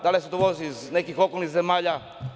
Da li se dovozi iz nekih okolnih zemalja?